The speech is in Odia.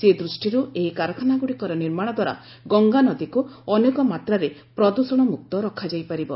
ସେ ଦୂଷ୍ଟିରୁ ଏହି କାରଖାନାଗୁଡ଼ିକର ନିର୍ମାଣ ଦ୍ୱାରା ଗଙ୍ଗାନଦୀକୁ ଅନେକ ମାତ୍ରାରେ ପ୍ରଦ୍ଷଣ ମୁକ୍ତ ରଖାଯାଇ ପାରିବ